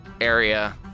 area